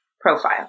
profile